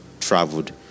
traveled